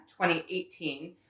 2018